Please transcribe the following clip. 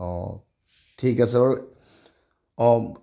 অঁ ঠিক আছে বাৰু অঁ